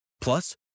Plus